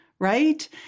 Right